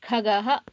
खगः